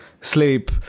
sleep